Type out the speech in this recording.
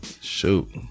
Shoot